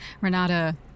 Renata